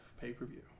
pay-per-view